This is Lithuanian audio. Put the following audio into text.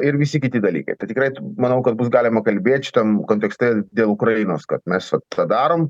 ir visi kiti dalykai tai tikrai manau kad bus galima kalbėt šitam kontekste dėl ukrainos kad mes vat tą darom